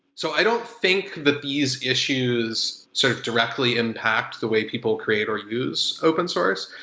so i don't think that these issues sort of directly impact the way people create or use open-source.